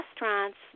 restaurants